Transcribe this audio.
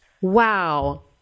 Wow